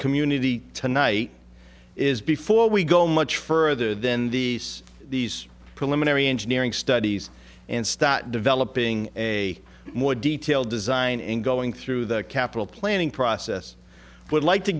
community tonight is before we go much further than the these preliminary engineering studies and start developing a more detailed design and going through the capital planning process would like t